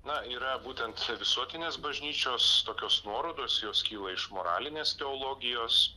na yra būtent visuotinės bažnyčios tokios nuorodos jos kyla iš moralinės teologijos